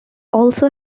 also